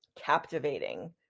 captivating